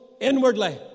inwardly